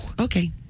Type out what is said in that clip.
Okay